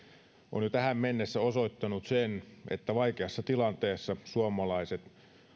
on jo tähän mennessä osoittanut että vaikeassa tilanteessa suomalaiset